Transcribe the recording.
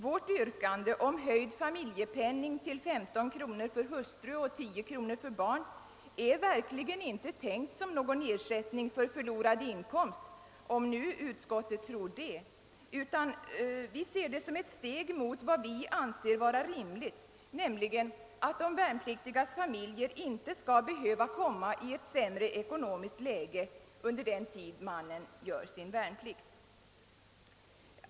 Vårt yrkande om höjd familjepenning till 15 kronor för hustru och 10 kronor för barn är verkligen inte tänkt som någon ersättning för förlorad inkomst, om nu utskottet tror det, utan vi ser det som ett steg mot vad vi anser vara rimligt, nämligen att de värnpliktigas familjer inte skall behöva komma i ett sämre ekonomiskt läge under den tid mannen gör sin värnplikt.